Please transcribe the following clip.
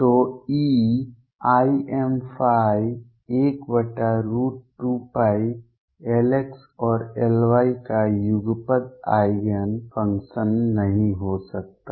तो eimϕ 12π Lx और Ly का युगपत आइगेन फंक्शन नहीं हो सकता